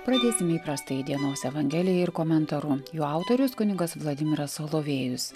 pradėsim įprastai dienos evangelijai ir komentaru jų autorius kunigas vladimiras solovejus